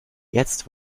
jetzt